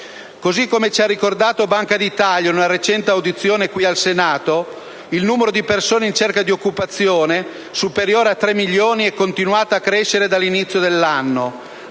Così come ci ha ricordato la Banca d'Italia in una recente audizione in Senato, il numero di persone in cerca di occupazione, superiore a tre milioni, ha continuato a crescere dall'inizio dell'anno.